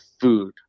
food